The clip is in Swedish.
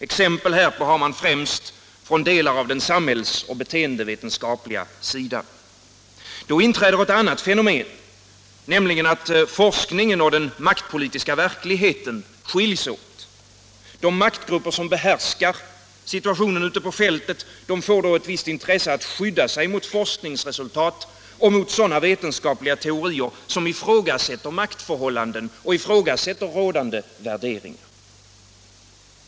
Exempel härpå har man främst från delar av den samhälls och beteendevetenskapliga sidan. Då inträder ett annat fenomen — nämligen att forskningen och den maktpolitiska verkligheten skiljs åt. De maktgrupper som behärskar situationen ute på fältet får då ett visst intresse att skydda sig mot forskningsresultat och mot vetenskapliga teorier som ifrågasätter maktförhållanden och rådande värderingar.